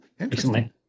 recently